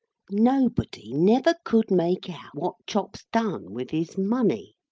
nobody never could make out what chops done with his money.